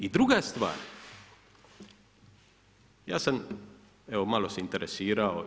I druga stvar, ja sam evo malo se interesirao.